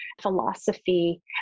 philosophy